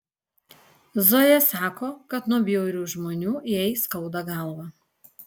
zoja sako kad nuo bjaurių žmonių jai skauda galvą